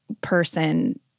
person